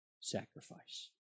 sacrifice